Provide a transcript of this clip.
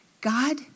God